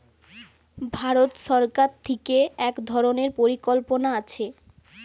ভারত সরকার থিকে এক ধরণের পরিকল্পনা আছে